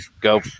go